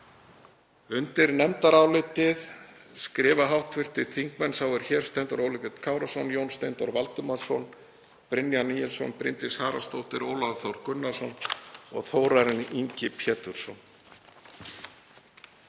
Undir nefndarálitið skrifa hv. þingmenn, sá er hér stendur, Óli Björn Kárason, Jón Steindór Valdimarsson, Brynjar Níelsson, Bryndís Haraldsdóttir, Ólafur Þór Gunnarsson og Þórarinn Ingi Pétursson.